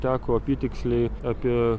teko apytiksliai apie